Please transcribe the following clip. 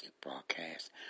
broadcast